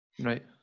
right